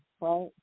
right